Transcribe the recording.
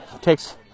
takes